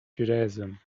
judaism